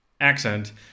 accent